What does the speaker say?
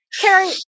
Carrie